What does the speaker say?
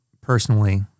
personally